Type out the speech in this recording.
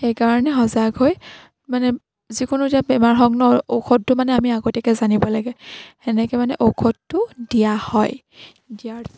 সেইকাৰণে সজাগ হৈ মানে যিকোনো এতিয়া বেমাৰ হওক ন ঔষধটো মানে আমি আগতীয়াকে জানিব লাগে সেনেকে মানে ঔষধটো দিয়া হয় দিয়াৰ